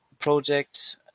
project